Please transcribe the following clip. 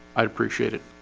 i'd appreciate it